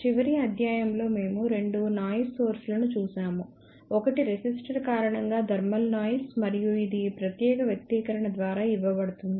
చివరి అధ్యాయం లో మేము రెండు నాయిస్ సోర్స్ లను చూశాము ఒకటి రెసిస్టర్ కారణంగా థర్మల్ నాయిస్ మరియు ఇది ఈ ప్రత్యేక వ్యక్తీకరణ ద్వారా ఇవ్వబడుతుంది